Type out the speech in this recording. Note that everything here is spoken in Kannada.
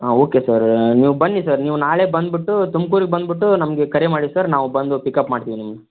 ಹಾಂ ಓಕೆ ಸರ್ ನೀವು ಬನ್ನಿ ಸರ್ ನೀವು ನಾಳೆ ಬಂದುಬಿಟ್ಟು ತುಮ್ಕೂರಿಗೆ ಬಂದುಬಿಟ್ಟು ನಮಗೆ ಕರೆ ಮಾಡಿ ಸರ್ ನಾವು ಬಂದು ಪಿಕಪ್ ಮಾಡ್ತೀವಿ ನಿಮ್ನ